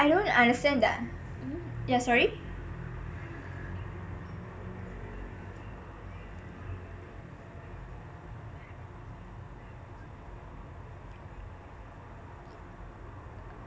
I don't understand the yah sorry